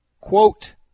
quote